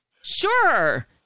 Sure